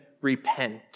repent